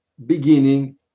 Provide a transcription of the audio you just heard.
beginning